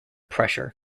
pressure